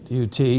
UT